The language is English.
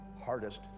hardest